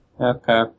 Okay